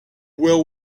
will